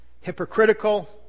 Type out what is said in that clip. hypocritical